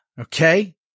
okay